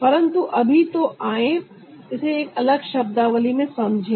परंतु अभी तो आएं इसे एक अलग शब्दावली में समझे